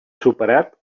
superat